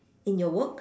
in your work